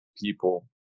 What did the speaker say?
people